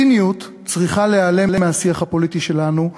הציניות צריכה להיעלם מהשיח הפוליטי שלנו,